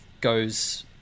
goes